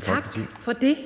Tak for det.